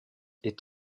est